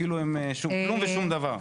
כאילו הם שום כלום ושום דבר?